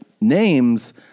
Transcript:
names